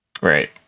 Right